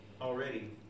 already